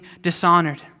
dishonored